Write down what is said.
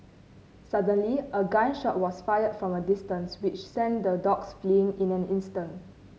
suddenly a gun shot was fired from a distance which sent the dogs fleeing in an instant